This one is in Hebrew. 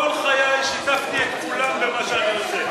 כל חיי שיתפתי את כולם במה שאני עושה,